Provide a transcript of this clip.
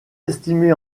estimé